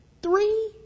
three